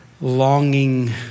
longing